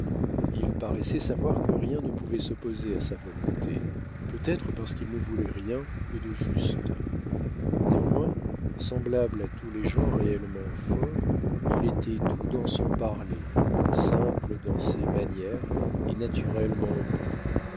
il paraissait savoir que rien ne pouvait s'opposer à sa volonté peut-être parce qu'il ne voulait rien que de juste néanmoins semblable à tous les gens réellement forts il était doux dans son parler simple dans ses manières et naturellement bon